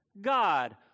God